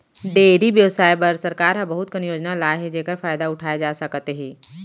dairy बेवसाय बर सरकार ह बहुत कन योजना लाए हे जेकर फायदा उठाए जा सकत हे